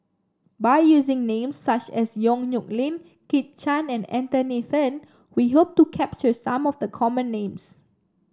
by using names such as Yong Nyuk Lin Kit Chan and Anthony Then we hope to capture some of the common names